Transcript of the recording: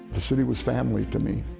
the city was family to me.